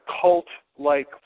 cult-like